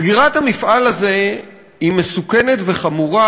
סגירת המפעל הזה היא מסוכנת וחמורה,